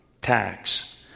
tax